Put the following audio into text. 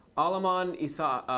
alamanesa